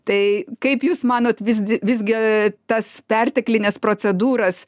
tai kaip jūs manot visdi visgi tas perteklines procedūras